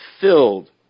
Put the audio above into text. filled